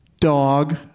Dog